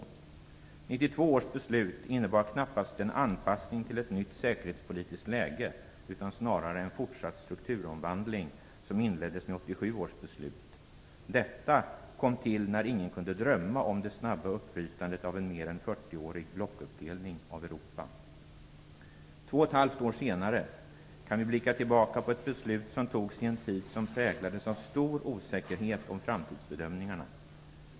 1992 års beslut innebar knappast en anpassning till ett nytt säkerhetspolitiskt läge utan snarare en fortsatt strukturomvandling, som inleddes med 1987 års beslut. Detta kom till när ingen kunde drömma om det snabba uppbrytandet av en mer än 40-årig blockuppdelning av Europa. Två och ett halvt år senare kan vi blicka tillbaka på ett beslut som togs i en tid som präglades av stor osäkerhet om framtidsbedömingarna.